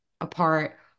apart